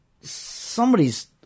somebody's